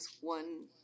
one